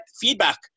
feedback